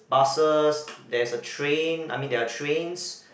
buses there's a train I mean there are trains